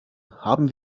haben